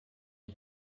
ich